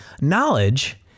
Knowledge